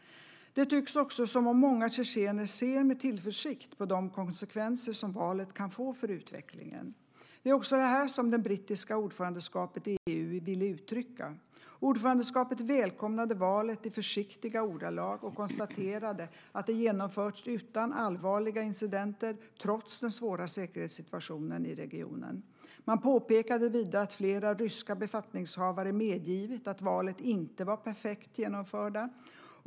Det tycks också som om många tjetjener ser med tillförsikt på de konsekvenser som valet kan få för utvecklingen. Det är också detta som det brittiska ordförandeskapet i EU ville uttrycka. Ordförandeskapet välkomnade valet i försiktiga ordalag och konstaterade att det genomförts utan allvarliga incidenter trots den svåra säkerhetssituationen i regionen. Man påpekade vidare att flera ryska befattningshavare medgivit att valet inte var perfekt genomfört.